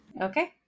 Okay